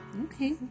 Okay